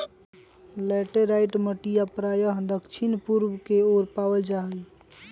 laterite मटिया प्रायः दक्षिण पूर्व के ओर पावल जाहई